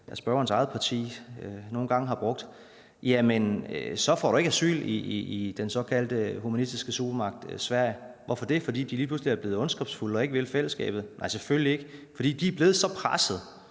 at spørgerens eget parti nogle gange har brugt, jamen så får du ikke asyl i den såkaldte humanistiske supermagt Sverige. Hvorfor det? Fordi de lige pludselig er blevet ondskabsfulde og ikke vil fællesskabet? Nej, selvfølgelig ikke, men fordi de er blevet så pressede,